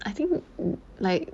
I think like